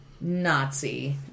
Nazi